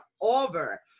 over